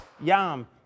Yum